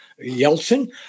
Yeltsin